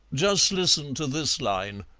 just listen to this line,